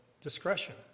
discretion